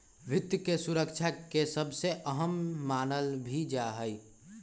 वित्त के सुरक्षा के सबसे अहम मानल भी जा हई